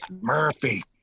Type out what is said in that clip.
Murphy